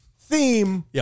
theme